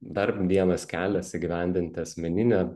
dar vienas kelias įgyvendinti asmeninę